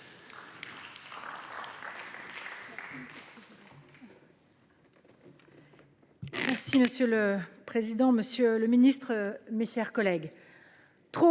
Monsieur le président, monsieur le ministre, mes chers collègues,